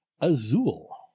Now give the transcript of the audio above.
Azul